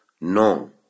No